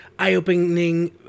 Eye-opening